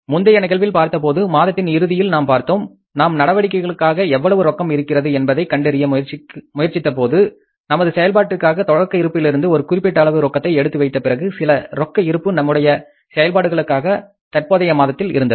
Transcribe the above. முந்தைய நிகழ்வில் பார்த்ததுபோல மாதத்தின் இறுதியில் நாம் பார்த்தோம் நாம் நடவடிக்கைகளுக்காக எவ்வளவு ரொக்கம் இருக்கின்றது என்பதை கண்டறிய முயற்சித்தபோது நமது செயல்பாட்டுக்காக தொடக்க இருப்பிலிருந்து ஒரு குறிப்பிட்ட அளவு ரொக்கத்தை எடுத்து வைத்த பிறகு சில ரொக்க இருப்பு நம்முடைய செயல்பாடுகளுக்காக தற்போதைய மாதத்தில் இருந்தது